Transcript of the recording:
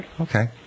Okay